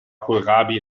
kohlrabi